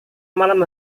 malam